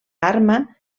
arma